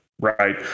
right